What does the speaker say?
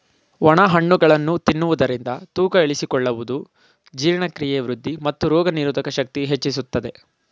ಒಣ ಹಣ್ಣುಗಳನ್ನು ತಿನ್ನುವುದರಿಂದ ತೂಕ ಇಳಿಸಿಕೊಳ್ಳುವುದು, ಜೀರ್ಣಕ್ರಿಯೆ ವೃದ್ಧಿ, ಮತ್ತು ರೋಗನಿರೋಧಕ ಶಕ್ತಿ ಹೆಚ್ಚಿಸುತ್ತದೆ